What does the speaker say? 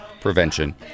prevention